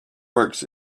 works